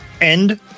end